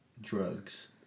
drugs